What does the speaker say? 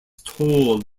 toll